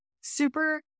super